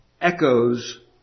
echoes